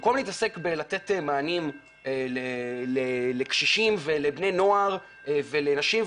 במקום להתעסק בלתת מענים לקשישים ולבני נוער ולנשים,